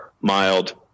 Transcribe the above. mild